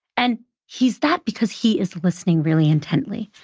and he's that because he is listening really intently.